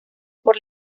por